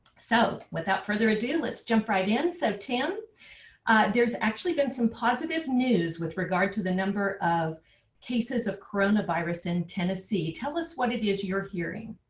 so without further ado, let's jump right in. so tim there's actually been some positive news with regard to the number of cases of coronavirus in tennessee. tell us what it is your're hearing.